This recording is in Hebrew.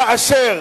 כאשר,